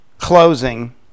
closing